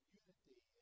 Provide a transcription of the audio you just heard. unity